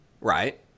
right